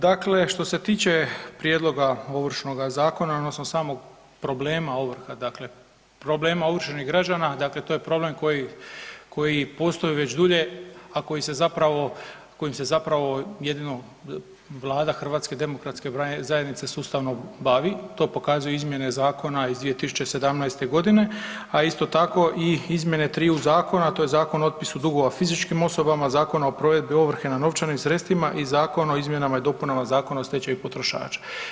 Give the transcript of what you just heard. Dakle, što se tiče prijedloga Ovršnoga zakona odnosno samog problema ovrha, dakle problema ovršenih građana, dakle to je problem koji, koji postoji već dulje, a koji se zapravo, kojim se zapravo jedino Vlada HDZ-a sustavno bavi, to pokazuju izmjene zakona iz 2017. godine, a isto tako i izmjene triju zakona, to je Zakon o otpisu dugova fizičkim osobama, Zakon o provedbi ovrhe nad novčanim sredstvima i Zakon o izmjenama i dopunama Zakona o stečaju potrošača.